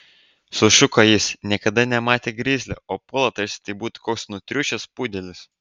sušuko jis niekada nematė grizlio o puola tarsi tai būtų koks nutriušęs pudelis